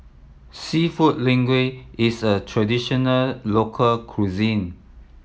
Seafood Linguine is a traditional local cuisine